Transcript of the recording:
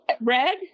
red